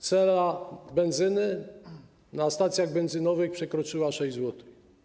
Cena benzyny na stacjach benzynowych przekroczyła 6 zł.